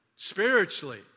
spiritually